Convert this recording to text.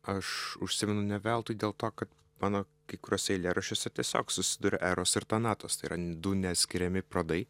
aš užsimenu ne veltui dėl to kad mano kai kuriuose eilėraščiuose tiesiog susiduria eros ir tonatos tai yra du neatskiriami pradai